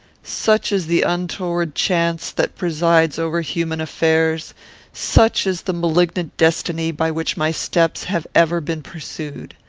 such is the untoward chance that presides over human affairs such is the malignant destiny by which my steps have ever been pursued.